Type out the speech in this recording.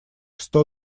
сто